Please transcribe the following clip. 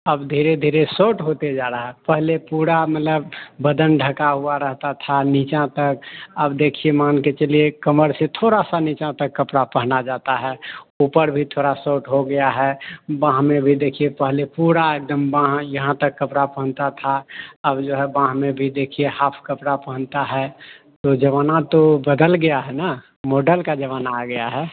अब धीरे धीरे सॉट होते जा रहा है और पहले पूरा मतलब बदन ढका हुआ रहता था नीचा तक अब देखिए मानकर चलिए कमर से थोड़ा सा नीचा तक कपड़ा पहना जाता है ऊपर भी थोड़ा सॉट हो गया है बाह में भी देखिए पहले पूरा एकदम बाह यहाँ तक कपड़ा पहनता था अब जो है बाह में भी देखिए हाफ कपड़ा पहनता है तो ज़माना तो बदल गया है न मॉडल का ज़माना आ गया है